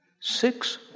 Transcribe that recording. Six